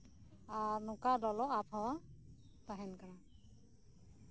ᱟᱧᱨ ᱱᱚᱝᱠᱟ ᱞᱚᱞᱚ ᱟᱵᱚᱦᱟᱣᱟ ᱛᱟᱸᱦᱮᱱ ᱠᱟᱱᱟ